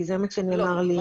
כי זה מה שנאמר לי.